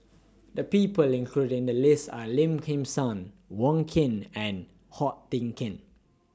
The People included in The list Are Lim Kim San Wong Keen and Ko Teck Kin